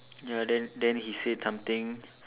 ya then then he said something